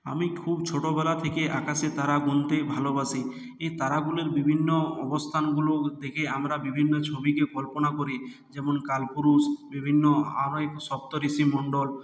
আমি খুব ছোটবেলা থেকে আকাশের তারা গুনতে ভালোবাসি এই তারাগুলোর বিভিন্ন অবস্থানগুলো দেখে আমরা বিভিন্ন ছবিকে কল্পনা করি যেমন কালপুরুষ বিভিন্ন আরও এক সপ্তর্ষি মন্ডল